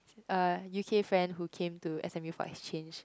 A u_k friend who came to s_m_u for exchange